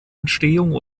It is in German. entstehung